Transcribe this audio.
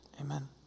Amen